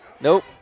Nope